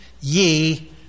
ye